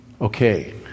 okay